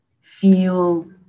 feel